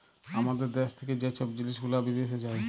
আমাদের দ্যাশ থ্যাকে যে ছব জিলিস গুলা বিদ্যাশে যায়